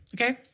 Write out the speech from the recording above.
okay